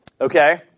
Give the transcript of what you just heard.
Okay